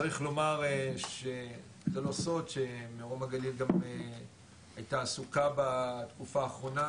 צריך לומר שזה לא סוד שמרום הגליל גם הייתה עסוקה בתקופה האחרונה,